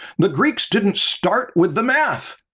the greeks didn't start with the math,